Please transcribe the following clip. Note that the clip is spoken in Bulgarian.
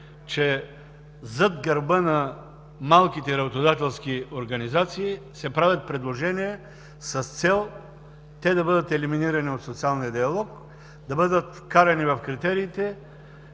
че зад гърба на малките работодателски организации се правят предложения с цел да бъдат елиминирани от социалния диалог, да бъдат вкарани такива критерии,